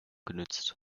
genutzt